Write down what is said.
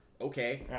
okay